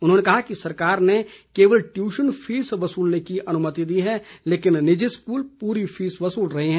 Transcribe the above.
उन्होंने कहा कि सरकार ने केवल टयूशन फीस वसूलने की अनुमति दी है लेकिन निजी स्कूल पूरी फीस वसूल रहे हैं